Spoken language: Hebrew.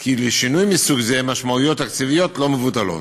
כי לשינוי מסוג זה משמעויות תקציביות לא מבוטלות.